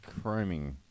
Chroming